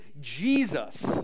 Jesus